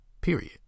Period